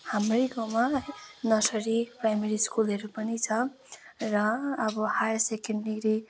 हाम्रै गाउँमा nursery primary स्कुलहरू पनि छ र अब हायर सेकेन्डरी